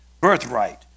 Birthright